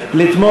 לדיון